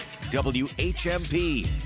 WHMP